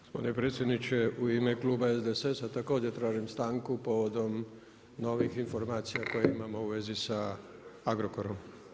Gospodin predsjedniče u ime Kluba SDSS-a također tražim stanku povodom novih informacija koje imamo u vezi sa Agrokorom.